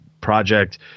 project